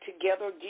together